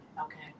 Okay